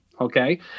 Okay